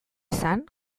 izan